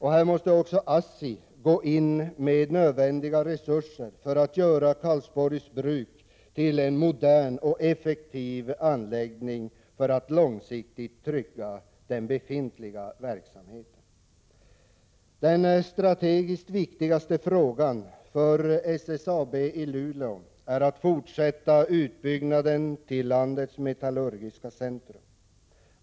Här måste ASSI gå in med nödvändiga resurser för att göra Karlsborgs bruk till en modern och effektiv anläggning, för att långsiktigt trygga den befintliga verksamheten. Den strategiskt viktigaste frågan för SSAB i Luleå är att fortsätta utbyggnaden till landets metallurgiska centrum.